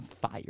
fire